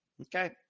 Okay